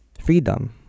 freedom